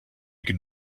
could